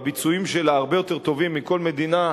והביצועים שלה הרבה יותר טובים משל כל מדינה,